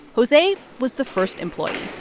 jose was the first employee